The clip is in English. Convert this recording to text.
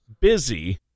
busy